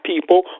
people